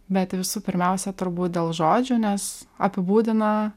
bet visų pirmiausia turbūt dėl žodžių nes apibūdina